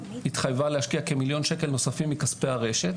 וגם התחייבה להשקיע כמיליון שקל נוספים מכספי הרשת,